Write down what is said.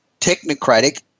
technocratic